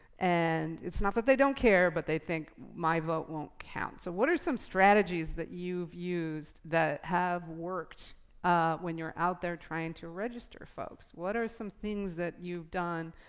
and it's not that they don't care, but they think my vote won't count. so what are some strategies that you've used that have worked when you're out there trying to register folks? what are some things that you've done?